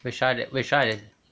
which [one] that which [one] is